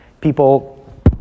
People